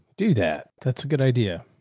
do that. that's good idea.